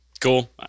Cool